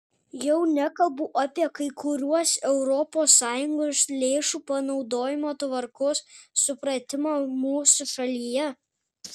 jau nekalbu apie kai kuriuos europos sąjungos lėšų panaudojimo tvarkos supratimą mūsų šalyje